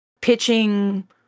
pitching